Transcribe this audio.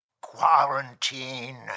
quarantine